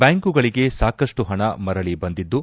ಬ್ಲಾಂಕುಗಳಿಗೆ ಸಾಕಷ್ಟು ಹಣ ಮರಳ ಬಂದಿದ್ದು